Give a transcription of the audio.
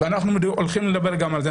אנחנו הולכים לדבר גם על זה.